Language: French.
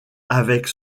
avec